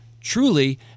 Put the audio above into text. truly